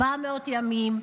400 ימים,